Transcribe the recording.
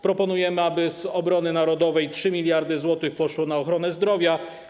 Proponujemy, aby z obrony narodowej 3 mld zł poszło na ochronę zdrowia.